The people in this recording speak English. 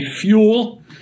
fuel